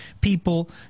people